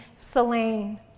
Selene